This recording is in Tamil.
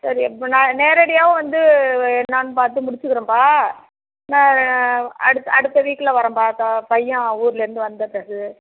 சரி இப்போ நான் நேரடியாகவும் வந்து என்னனு பார்த்து முடிச்சுக்கிறோம்பா நான் அடுத்த அடுத்த வீக்கில் வரேன்பா இதோ பையன் ஊருலேருந்து வந்த பிறகு